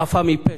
חפה מפשע.